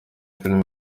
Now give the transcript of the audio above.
film